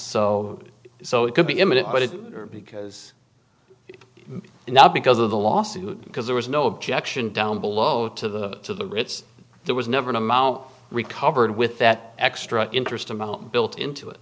so so it could be imminent but because now because of the lawsuit because there was no objection down below to the to the ritz there was never an amount recovered with that extra interest and not built into it